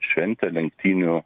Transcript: šventė lenktynių